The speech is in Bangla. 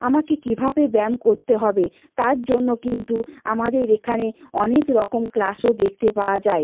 আমাকে কীভাবে ব্যায়াম করতে হবে তার জন্য কিন্তু আমাদের এখানে অনেক রকম ক্লাসও দেখতে পাওয়া যায়